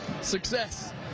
success